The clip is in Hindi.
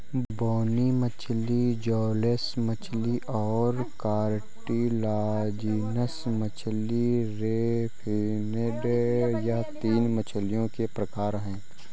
बोनी मछली जौलेस मछली और कार्टिलाजिनस मछली रे फिनेड यह तीन मछलियों के प्रकार है